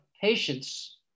patients